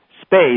space